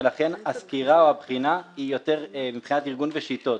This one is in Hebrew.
ולכן הסקירה או הבחינה מבחינת ארגון ושיטות,